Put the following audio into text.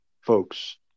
folks